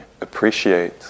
appreciate